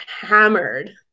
hammered